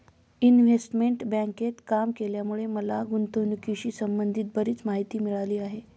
investment बँकेत काम केल्यामुळे मला गुंतवणुकीशी संबंधित बरीच माहिती मिळाली आहे